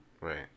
Right